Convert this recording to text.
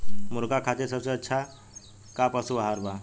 मुर्गा खातिर सबसे अच्छा का पशु आहार बा?